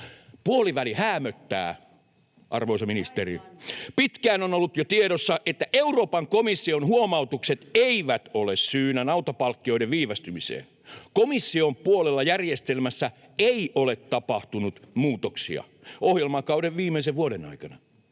Puoliväli häämöttää, arvoisa ministeri. [Ritva Elomaa: Aivan!] Jo pitkään on ollut tiedossa, että Euroopan komission huomautukset eivät ole syynä nautapalkkioiden viivästymiseen. Komission puolella järjestelmässä ei ole tapahtunut muutoksia ohjelmakauden viimeisen vuoden aikana,